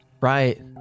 Right